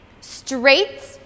Straight